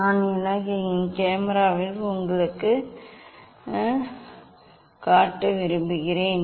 நான் என் கேமராவில் உங்களுக்குக் காட்ட விரும்புகிறேன்